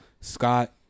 Scott